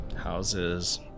Houses